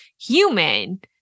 human